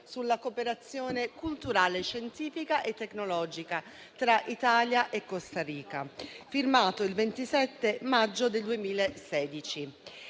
sulla cooperazione culturale, scientifica e tecnologica tra Italia e Costa Rica, firmato il 27 maggio del 2016.